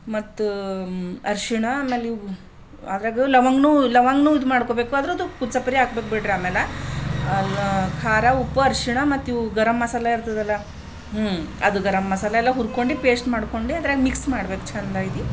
ಮತ್ತ ಅರಶಿನ ಆಮೇಲೆ ಇವು ಅದ್ರಾಗ ಲವಂಗನೂ ಲವಂಗನೂ ಇದು ಮಾಡ್ಕೋಬೇಕು ಅದ್ರದ್ದು ಸಕ್ಕರೆ ಹಾಕಬೇಕು ಬಿಡ್ರಿ ಆಮೇಲೆ ಖಾರ ಉಪ್ಪು ಅರಶಿನ ಮತ್ತೆ ಇವು ಗರಮ್ ಮಸಾಲ ಇರ್ತದಲ್ಲ ಹ್ಞೂ ಅದು ಗರಮ್ ಮಸಾಲ ಎಲ್ಲ ಹುರ್ಕೊಂಡು ಪೇಸ್ಟ್ ಮಾಡ್ಕೊಂಡು ಅದ್ರಾಗ ಮಿಕ್ಸ್ ಮಾಡ್ಬೇಕು ಚೆಂದಾಗಿ